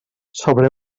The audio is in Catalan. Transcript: sobre